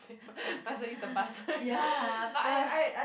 pay for might as well use the password ya